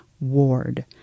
Ward